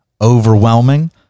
overwhelming